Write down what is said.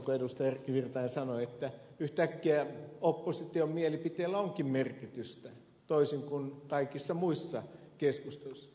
erkki virtanen sanoi että yhtäkkiä opposition mielipiteellä onkin merkitystä toisin kuin kaikissa muissa keskusteluissa